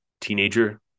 teenager